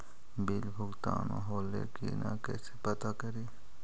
Bill भुगतान होले की न कैसे पता करी?